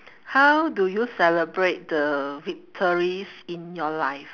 how do you celebrate the victories in your life